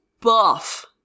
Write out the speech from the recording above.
buff